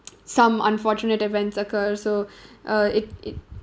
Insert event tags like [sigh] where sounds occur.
[noise] some unfortunate events occur so [breath] uh it it